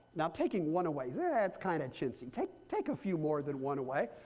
now taking one away, that's kind of chintzy. take take a few more than one away.